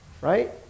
right